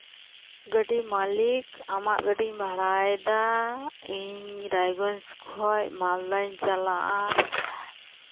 ᱜᱟᱹᱰᱤ ᱢᱟᱹᱞᱤᱠ ᱟᱢᱟᱜ ᱜᱟᱹᱰᱤᱧ ᱵᱷᱟᱲᱟᱭᱮᱫᱟ ᱤᱧ ᱨᱟᱭᱜᱚᱧᱡᱽ ᱠᱷᱚᱡ ᱢᱟᱞᱫᱟᱧ ᱪᱟᱞᱟᱜᱼᱟ